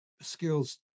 skills